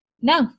no